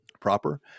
proper